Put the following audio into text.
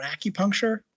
acupuncture